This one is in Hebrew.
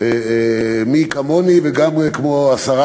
מי כמוני וגם כמו השרה,